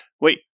wait